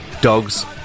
dogs